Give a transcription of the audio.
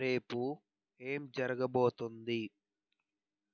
రేపు ఏం జరగబోతోంది